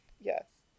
Yes